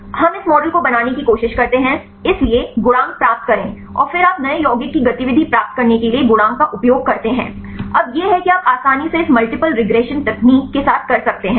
हम इस मॉडल को बनाने की कोशिश करते हैं इसलिए गुणांक प्राप्त करें और फिर आप नए यौगिक की गतिविधि प्राप्त करने के लिए गुणांक का उपयोग करते हैं अब यह है कि आप आसानी से इस एक मल्टीप्ल रिग्रेशन तकनीक के साथ कर सकते हैं